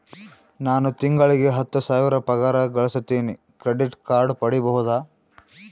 ನಾನು ತಿಂಗಳಿಗೆ ಹತ್ತು ಸಾವಿರ ಪಗಾರ ಗಳಸತಿನಿ ಕ್ರೆಡಿಟ್ ಕಾರ್ಡ್ ಪಡಿಬಹುದಾ?